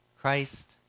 Christ